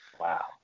Wow